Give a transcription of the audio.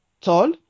tall